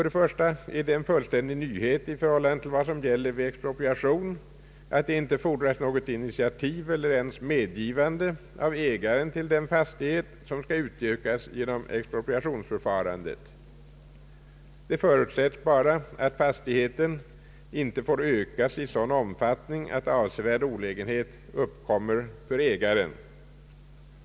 Det är en fullständig nyhet i förhållande till vad som gäller vid expropriation att det inte fordras något initiativ eller ens medgivande av ägaren till den fastighet som skall utökas genom inlösningsförfarandet. Det förutsätts endast att fastigheten inte får ökas i sådan omfattning att avsevärd olägenhet uppkommer för ägaren.